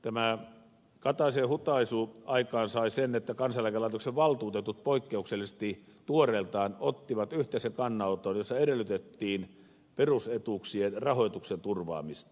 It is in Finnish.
tämä kataisen hutaisu sai aikaan sen että kansaneläkelaitoksen valtuutetut poikkeuksellisesti tuoreeltaan ottivat yhteisen kannanoton jossa edellytettiin perusetuuksien rahoituksen turvaamista